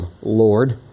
Lord